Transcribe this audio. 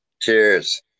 cheers